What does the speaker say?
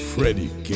Freddie